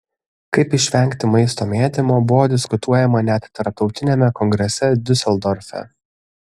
kaip išvengti maisto mėtymo buvo diskutuojama net tarptautiniame kongrese diuseldorfe